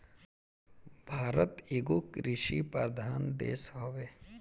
भारत एगो कृषि प्रधान देश हवे